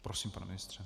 Prosím, pane ministře.